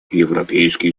европейский